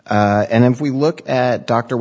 h and if we look at dr